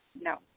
No